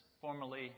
formerly